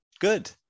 Good